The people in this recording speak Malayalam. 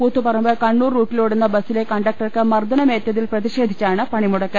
കൂത്തുപറമ്പ് കണ്ണൂർ റൂട്ടിൽ ഓടുന്ന ബസ്റ്റിലെ കണ്ടക്ടർക്ക് മർദ്ദനമേറ്റതിൽ പ്രതിഷേധിച്ചാണ് പണിമുടക്ക്